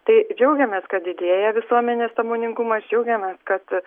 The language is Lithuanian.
tai džiaugiamės kad didėja visuomenės sąmoningumas džiaugiamės kad